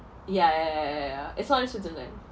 ya ya ya ya ya it's not in switzerland